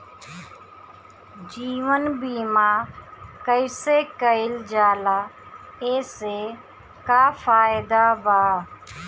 जीवन बीमा कैसे कईल जाला एसे का फायदा बा?